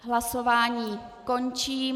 Hlasování končím.